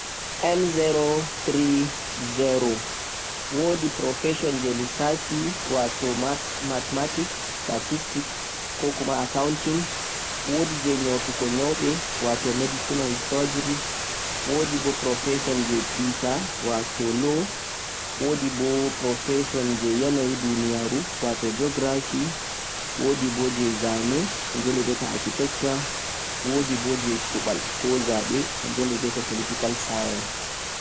wodi profession je lissafe wato mathematics, statistics koh accounting, wodi je nyautugo nyauɓe, wodi je kita, wodi je yanayi je duniyaru, wodi je zane sannan wodi bo je shubal